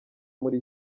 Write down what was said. muri